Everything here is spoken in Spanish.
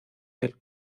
del